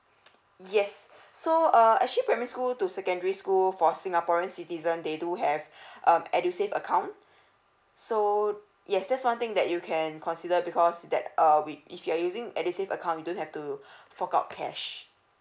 yes so uh actually primary school to secondary school for singaporeans citizen they do have um edusave account so yes that's one thing that you can consider because that uh with if you are using edusave account you don't have to fork out cash